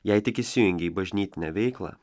jei tik įsijungia į bažnytinę veiklą